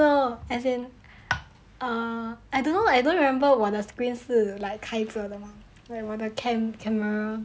no as in err I don't know I don't remember 我的 screen 是 like 开着的吗 like 我的 cam camera